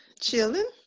Chilling